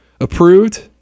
approved